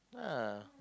ah